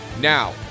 Now